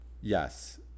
yes